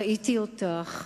ראיתי אותך,